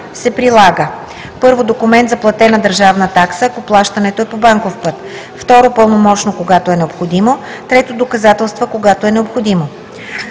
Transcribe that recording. се прилага: 1. документ за платена държавна такса, ако плащането е по банков път; 2. пълномощно, когато е необходимо; 3. доказателства, когато е необходимо.